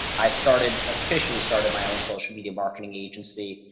i started officially started my own social media marketing agency.